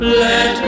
let